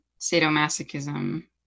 sadomasochism